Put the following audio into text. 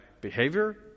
behavior